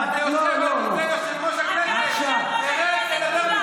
אתה עכשיו יושב-ראש הישיבה, אתה לא איש